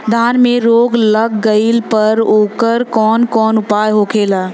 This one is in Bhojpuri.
धान में रोग लग गईला पर उकर कवन कवन उपाय होखेला?